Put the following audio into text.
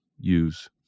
use